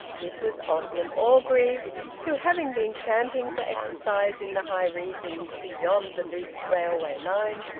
it was osmond orgreave who, having been tramping for exercise in the high regions beyond the loop railway line,